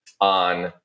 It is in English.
on